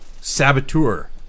saboteur